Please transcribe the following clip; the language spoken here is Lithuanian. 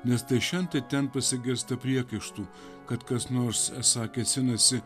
nes tai šen tai ten pasigirsta priekaištų kad kas nors esą kėsinasi